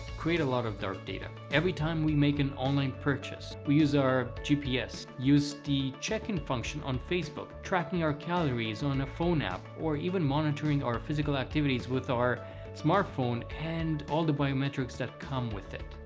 create a lot of dark data every time we make an online purchase, we use our gps, use the checking function on facebook, tracking our calories on a phone app, or even monitoring our physical activities with our smartphone and all the biometrics that come with it.